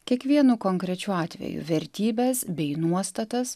kiekvienu konkrečiu atveju vertybes bei nuostatas